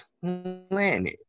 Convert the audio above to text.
planet